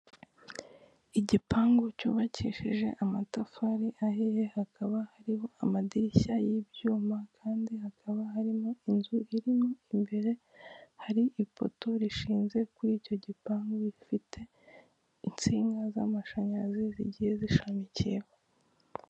Igipangu cyubakishije amatafari ahiye hakaba hariho amadirishya y'ibyuma kandi hakaba harimo inzu irimo imbere, hari ipoto rishinze kuri icyo gipangu ifite insinga z'amashanyarazi zigiye zishamikiyeho.